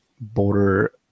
border